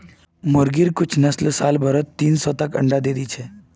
मुर्गिर कुछ नस्ल साल भरत तीन सौ तक अंडा दे दी छे